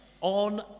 on